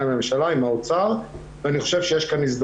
הן מקבלות סטריפ או תרשים,